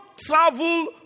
travel